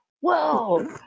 Whoa